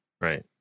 right